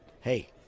hey